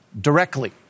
directly